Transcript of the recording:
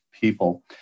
people